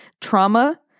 Trauma